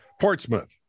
portsmouth